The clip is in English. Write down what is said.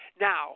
Now